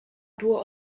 było